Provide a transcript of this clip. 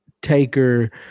Taker